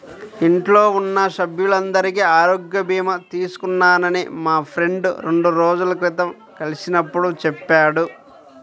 ఇంట్లో ఉన్న సభ్యులందరికీ ఆరోగ్య భీమా తీసుకున్నానని మా ఫ్రెండు రెండు రోజుల క్రితం కలిసినప్పుడు చెప్పాడు